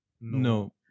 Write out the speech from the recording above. No